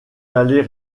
allez